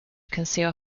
conceal